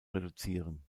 reduzieren